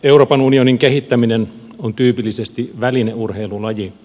euroopan unionin kehittäminen on tyypillisesti välineurheilulaji